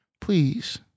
please